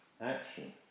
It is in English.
action